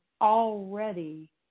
already